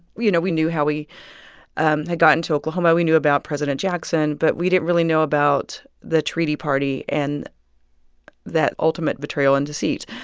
you know, we knew how we and had gotten to oklahoma. we knew about president jackson. but we didn't really know about the treaty party and that ultimate betrayal and deceit.